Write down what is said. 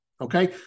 Okay